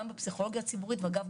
גם בפסיכולוגיה הציבורית ואגב,